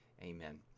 amen